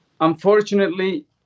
Unfortunately